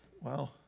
Wow